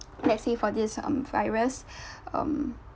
let's say for this um virus um